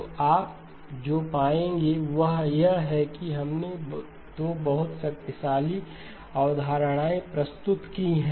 तो आप जो पाएंगे वह यह है कि हमने 2 बहुत शक्तिशाली अवधारणाएँ प्रस्तुत की हैं